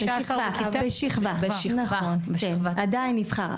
הם באותה שכבה, אבל עדיין זה נותן כלים.